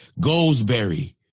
Goldsberry